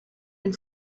and